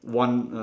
won~